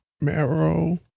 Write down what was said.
Marrow